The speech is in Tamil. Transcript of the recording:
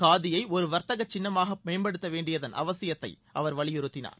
காதி தொழிலை ஒரு வர்த்தகச் சின்னமாக மேம்படுத்த வேண்டியதன் அவசியத்தை அவர் வலியுறுத்தினார்